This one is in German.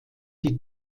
die